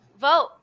vote